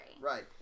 Right